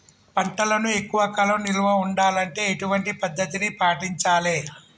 పంటలను ఎక్కువ కాలం నిల్వ ఉండాలంటే ఎటువంటి పద్ధతిని పాటించాలే?